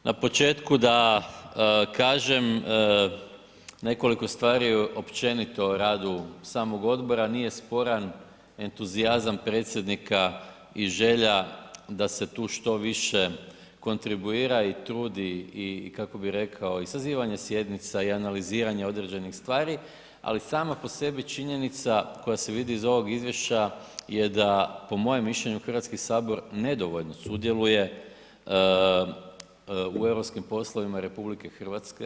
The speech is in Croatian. Na početku da kažem nekoliko stvari općenito o radu samog odbora, nije sporan entuzijazam predsjednika i želja da se tu što više kontribuira i trudi i kako bih rekao i sazivanje sjednica i analiziranje određenih stvari ali sama po sebi činjenica koja se vidi iz ovog izvješća je da po mojem mišljenju Hrvatski sabor nedovoljno sudjeluje u eu poslovima RH.